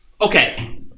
okay